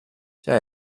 zij